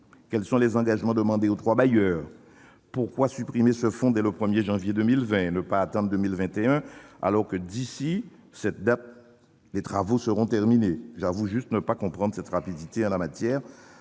Quels sont les engagements exigés des trois bailleurs ? Pourquoi supprimer ce fonds dès le 1 janvier 2020 et ne pas attendre 2021, lorsque les travaux seront terminés ? J'avoue ne pas comprendre cette précipitation ni la manière